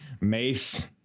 Mace